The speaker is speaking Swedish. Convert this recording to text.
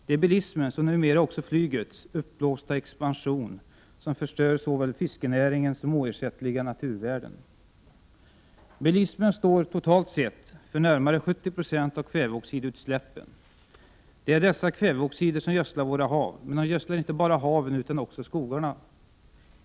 Det är bilismens, och numera också flygets, uppblåsta expansion som förstör såväl fiskenäringen som oersättliga naturvärden. Bilismen står, totalt sett, för närmare 70 90 av kväveoxidutsläppen. Det är dessa kväveoxider som gödslar våra hav. Men de gödslar inte bara haven utan också skogarna.